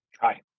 Hi